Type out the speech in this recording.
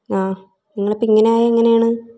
ആ നിങ്ങൾ ഇപ്പം എങ്ങനെ ആയാൽ എങ്ങനെയാണ്